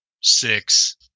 six